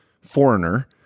foreigner